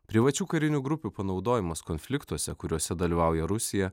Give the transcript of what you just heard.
privačių karinių grupių panaudojimas konfliktuose kuriuose dalyvauja rusija